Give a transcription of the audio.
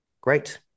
Great